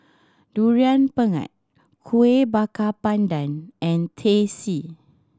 Durian Pengat Kueh Bakar Pandan and Teh C